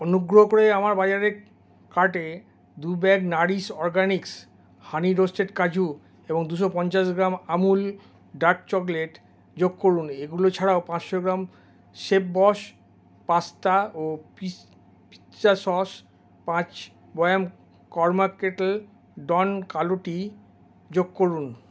অনুগ্রহ করে আমার বাজারের কার্টে দু bag Nourish Organics honey roasted কাজু এবং দুশো পঞ্চাশ গ্রাম আমূল ডার্ক চকলেট যোগ করুন এগুলো ছাড়াও পাঁচশো গ্রাম শেফবস পাস্তা ও পিস পিৎজা সস পাঁচ বয়াম কর্মা কেটল ডন কালো টি যোগ করুন